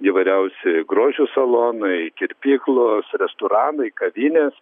įvairiausi grožio salonai kirpyklos restoranai kavinės